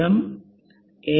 M A